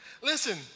Listen